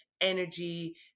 energy